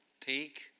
take